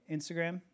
Instagram